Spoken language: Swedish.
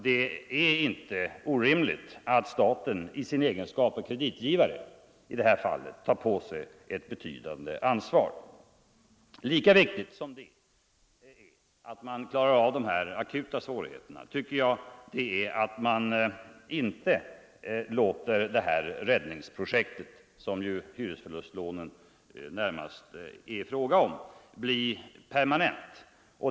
Det är inte orimligt att staten i sin egenskap av kreditgivare i detta fall tar på sig ett betydande ansvar. Lika viktigt som det är att man klarar av de akuta svårigheterna tycker jag det är att man inte låter det här räddningsprojektet — som hyresförlustlånen närmast är — bli permanent.